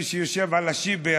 מי שיושב על השיבר